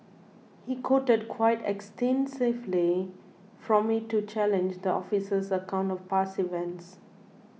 he quoted quite extensively from it to challenge the officer's account of past events